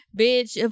bitch